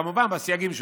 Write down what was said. כמובן בסייגים שלהם.